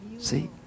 See